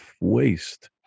waste